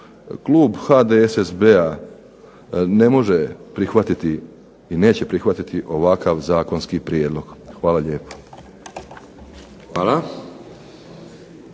Klub HDSSB-a ne može prihvatiti i neće prihvatiti ovakav zakonski prijedlog. Hvala lijepo.